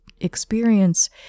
experience